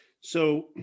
So-